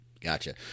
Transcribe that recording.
Gotcha